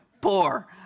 poor